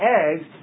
eggs